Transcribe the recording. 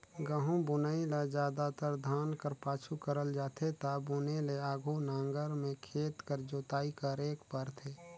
गहूँ बुनई ल जादातर धान कर पाछू करल जाथे ता बुने ले आघु नांगर में खेत कर जोताई करेक परथे